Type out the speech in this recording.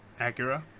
Acura